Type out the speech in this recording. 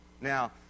Now